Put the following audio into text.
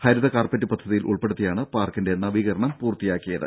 ഹരിത carpet പദ്ധതിയിൽ ഉൾപ്പെടുത്തിയാണ് പാർക്കിന്റെ നവീകരണം പൂർത്തിയാക്കിയത്